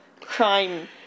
crime